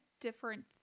different